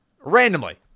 randomly